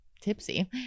Tipsy